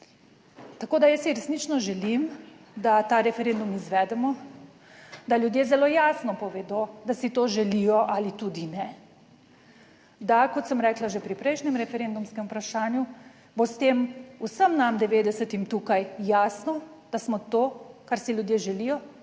Tako da, jaz si resnično želim, da ta referendum izvedemo, da ljudje zelo jasno povedo, da si to želijo ali tudi ne, da kot sem rekla že pri prejšnjem referendumskem vprašanju, bo s tem vsem nam 90 tukaj jasno, da smo to, kar si ljudje želijo,